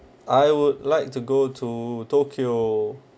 I would like to go to tokyo